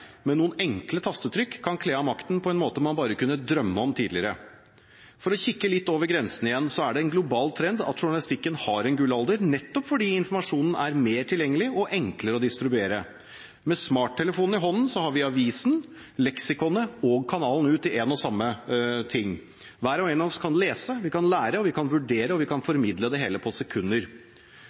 med noen enkle tastetrykk kan kle av makten på en måte man bare kunne drømme om tidligere. For å kikke litt over grensene igjen er det en global trend at journalistikken har en gullalder nettopp fordi informasjonen er mer tilgjengelig og enklere å distribuere. Med smarttelefonen i hånden har vi avisen, leksikonet og kanalen ut i én og samme ting. Hver og en av oss kan lese, vi kan lære, vi kan vurdere, og vi kan formidle det hele på sekunder.